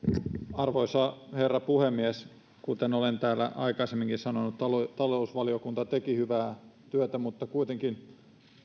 arvoisa herra puhemies kuten olen täällä aikaisemminkin sanonut talousvaliokunta teki hyvää työtä mutta kuitenkin